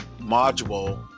module